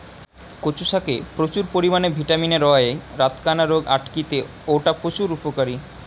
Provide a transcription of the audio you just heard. কচু শাকে প্রচুর পরিমাণে ভিটামিন এ রয়ায় রাতকানা রোগ আটকিতে অউটা প্রচুর উপকারী